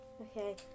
Okay